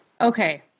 Okay